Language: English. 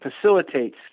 facilitates